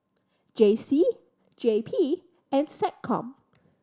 J C J P and SecCom